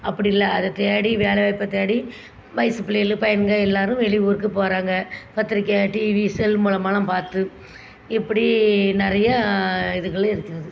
அப்படி இல்லை அதை தேடி வேலை வாய்ப்பை தேடி வயது பிள்ளைகளு பையனுங்கள் எல்லாேரும் வெளி ஊருக்கு போகிறாங்க பத்திரிக்கை டிவி செல் மூலமாயெலாம் பார்த்து இப்படி நிறையா இதுகளும் இருக்கிறது